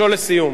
לשאול לסיום.